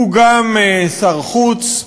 הוא גם שר החוץ,